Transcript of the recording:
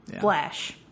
Flash